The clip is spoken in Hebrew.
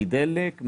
דלק,